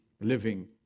living